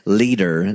leader